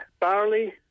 barley